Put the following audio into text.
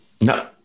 No